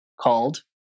called